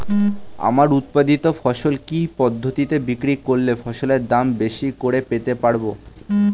আমার উৎপাদিত ফসল কি পদ্ধতিতে বিক্রি করলে ফসলের দাম বেশি করে পেতে পারবো?